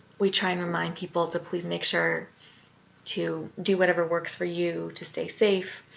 we try and remind people to please make sure to do whatever works for you to stay safe,